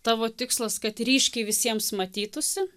tavo tikslas kad ryškiai visiems matytųsi